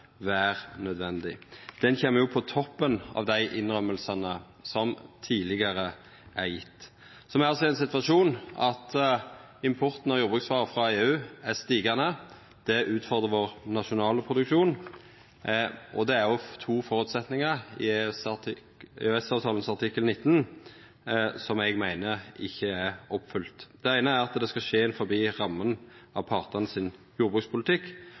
nødvendig. Ho kjem jo på toppen av dei innrømmingane som er gjevne tidlegare. Me er altså i den situasjonen at importen av jordbruksvarer frå EU er stigande. Det utfordrar den nasjonale produksjonen vår, og det er òg to føresetnader i artikkel 19 i EØS-avtalen som eg meiner ikkje er oppfylte. Det eine er at det skal skje innanfor ramma av jordbrukspolitikken til partane.